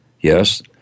yes